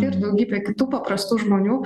ir daugybė kitų paprastų žmonių